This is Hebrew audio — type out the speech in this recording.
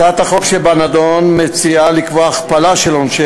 הצעת החוק שבנדון מציעה לקבוע הכפלה של עונשי